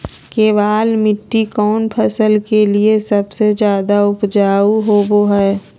केबाल मिट्टी कौन फसल के लिए सबसे ज्यादा उपजाऊ होबो हय?